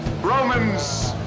Romans